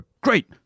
great